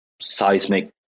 seismic